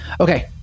okay